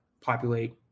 populate